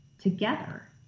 together